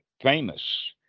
famous